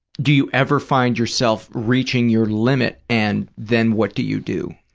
do you ever find yourself reaching your limit and then what do you do?